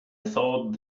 thought